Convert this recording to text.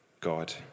God